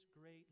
great